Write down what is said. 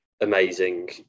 amazing